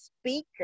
speaker